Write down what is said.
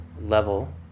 level